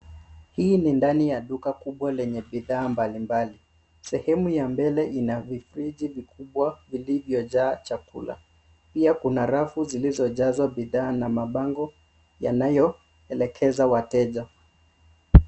Hii ni ndani ya duka kubwa lenye bidhaa mbalimbali. Sehemu ya mbele ina vifriji vikubwa vilivyojaa chakula. Pia kuna rafu zilizojazwa bidhaa na mabango yanayoelekeza wateja.